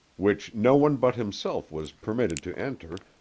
which no one but himself was permitted to enter,